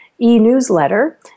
e-newsletter